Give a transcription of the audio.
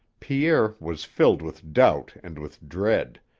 pierre was filled with doubt and with dread,